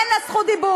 אין לה זכות דיבור.